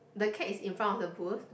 the cat is in front of the booth